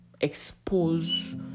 expose